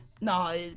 No